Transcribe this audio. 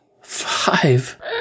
Five